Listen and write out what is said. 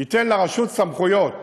ייתן לרשות סמכויות